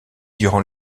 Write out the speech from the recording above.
durant